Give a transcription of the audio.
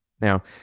Now